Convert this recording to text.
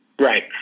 Right